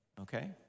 okay